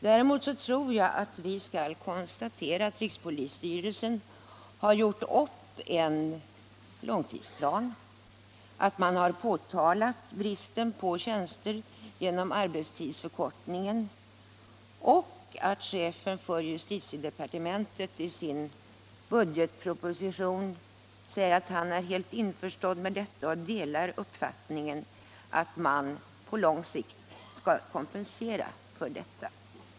Däremot tror jag att vi skall uppmärksamma att rikspolisstyrelsen har gjort upp en långtidsplan, där man påtalat bristen på tjänster genom arbetstidsförkortningen, och att chefen för justitiedepartementet säger att han är helt införstådd med detta och delar uppfattningen att man på lång sikt skall kompensera det förhållandet.